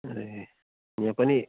ए यहाँ पनि